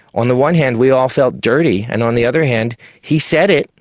on the one hand we all felt dirty, and on the other hand he said it,